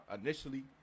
initially